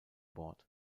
bord